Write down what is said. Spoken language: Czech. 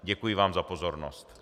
Děkuji vám za pozornost.